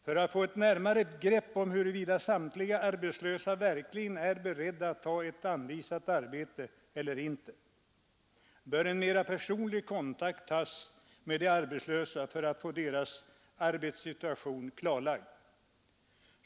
För att få ett närmare grepp om huruvida samtliga arbetslösa verkligen är beredda att ta ett anvisat arbete bör man ta en mera personlig kontakt med de arbetslösa och därigenom få deras arbetssituation klarlagd.